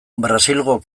brasilgo